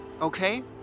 okay